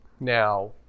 Now